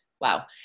wow